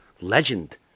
legend